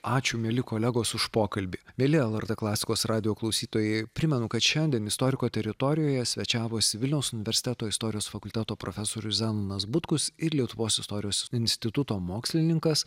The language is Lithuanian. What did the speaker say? ačiū mieli kolegos už pokalbį mieli lrt klasikos radijo klausytojai primenu kad šiandien istoriko teritorijoje svečiavosi vilniaus universiteto istorijos fakulteto profesorius zenonas butkus ir lietuvos istorijos instituto mokslininkas